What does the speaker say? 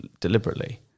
deliberately